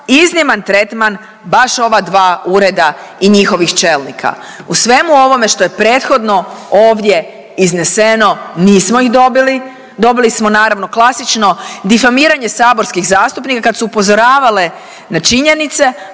izniman tretman baš ova dva ureda i njihovih čelnika. U svemu ovome što je prethodno ovdje izneseno nismo ih dobili. Dobili smo naravno klasično difamiranje saborskih zastupnika kad su upozoravale na činjenice